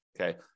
okay